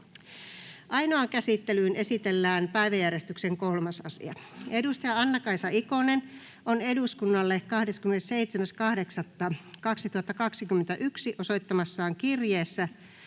Ainoaan käsittelyyn esitellään päiväjärjestyksen 4. asia. Juhana Vartiainen on eduskunnalle 1.9.2021 osoittamassaan kirjeessä